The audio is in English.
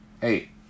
hey